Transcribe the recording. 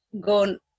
gone